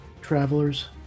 travelers